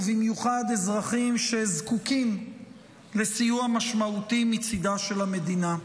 ובמיוחד אזרחים שזקוקים לסיוע משמעותי מצידה של המדינה.